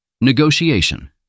Negotiation